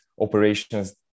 operations